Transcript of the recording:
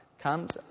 comes